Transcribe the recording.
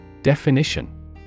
Definition